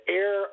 air